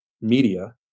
media